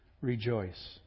rejoice